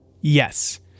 Yes